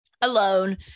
alone